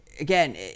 Again